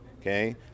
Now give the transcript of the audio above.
okay